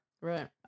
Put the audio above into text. Right